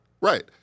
Right